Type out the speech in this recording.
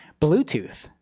Bluetooth